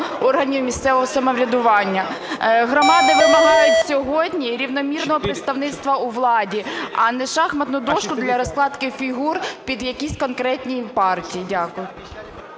органів місцевого самоврядування. Громади вимагають сьогодні рівномірного представництва у владі, а не шахову дошку для розкладки фігур під якісь конкретні партії. Дякую.